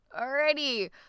Alrighty